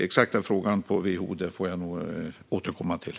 Exakt frågan om WHO får jag återkomma till.